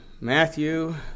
Matthew